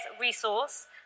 resource